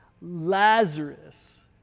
Lazarus